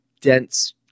dense